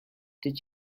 did